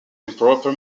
improper